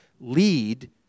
lead